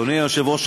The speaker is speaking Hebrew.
אדוני היושב-ראש,